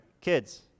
Kids